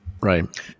Right